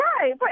Right